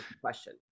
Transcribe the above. question